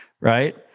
right